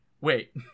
wait